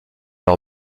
leur